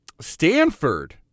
Stanford